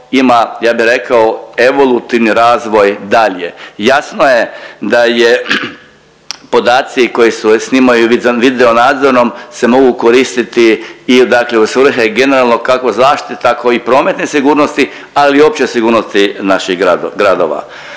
ima ja bi rekao evolutivni razvoj dalje. Jasno je da je, podaci koji se snimaju video nadzorom se mogu koristiti i dakle u svrhe i generalno kako zaštitne tako i prometne sigurnosti, ali i opće sigurnosti naših gradova